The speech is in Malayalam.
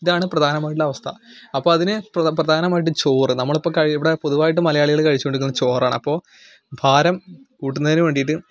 ഇതാണ് പ്രധാനമായിട്ടുള്ള അവസ്ഥ അപ്പോൾ അതിന് പ്രധ പ്രധാനമായിട്ടും ചോറ് നമ്മൾ ഇപ്പോൾ കഴി ഇവിടെ പൊതുവായിട്ടും മലയാളികൾ കഴിച്ചുകൊണ്ടിരിക്കുന്നത് ചോറാണ് അപ്പോൾ ഭാരം കൂട്ടുന്നതിന് വേണ്ടിയിട്ട്